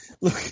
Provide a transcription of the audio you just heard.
Look